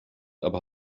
aber